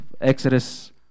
exodus